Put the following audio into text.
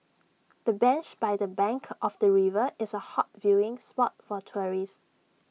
the bench by the bank of the river is A hot viewing spot for tourists